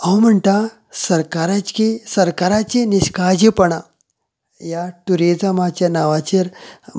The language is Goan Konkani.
हांव म्हणटां सरकाराची सरकाराची निशकाळजीपणां ह्या टुरीजमाच्या नांवाचेर म्हणून